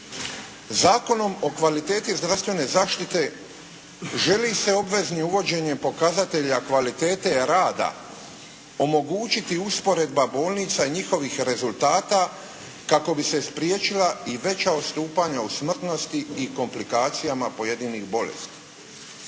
Zakonom o kvaliteti zdravstvene zaštite želi se obveznim uvođenjem pokazatelja kvalitete rada omogućiti usporedba bolnica i njihovih rezultata kako bi se spriječila i veća odstupanja u smrtnosti i komplikacijama pojedinih bolesti.